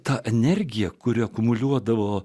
ta energija kuri akumuliuodavo